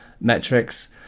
metrics